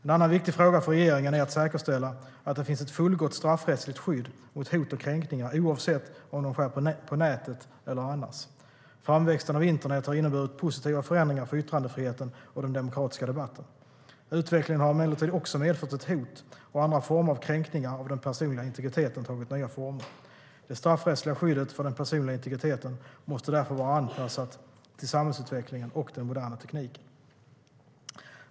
En annan viktig fråga för regeringen är att säkerställa att det finns ett fullgott straffrättsligt skydd mot hot och kränkningar oavsett om de sker på nätet eller annars. Framväxten av internet har inneburit positiva förändringar för yttrandefriheten och den demokratiska debatten. Utvecklingen har emellertid också medfört att hot och andra former av kränkningar av den personliga integriteten har tagit nya former. Det straffrättsliga skyddet för den personliga integriteten måste därför vara anpassat till samhällsutvecklingen och den moderna tekniken.